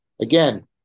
again